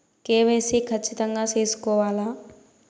KYC ఖచ్చితంగా సేసుకోవాలా